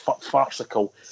farcical